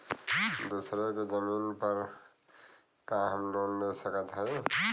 दूसरे के जमीन पर का हम लोन ले सकत हई?